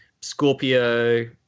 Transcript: Scorpio